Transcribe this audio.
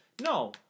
No